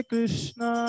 Krishna